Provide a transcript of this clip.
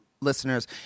listeners